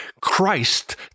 Christ